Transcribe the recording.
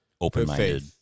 open-minded